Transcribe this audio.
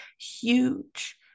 huge